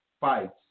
fights